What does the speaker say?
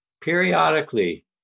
periodically